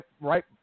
right